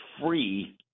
free